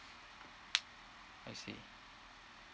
I see